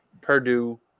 Purdue